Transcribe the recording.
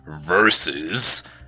versus